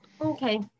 Okay